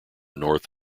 north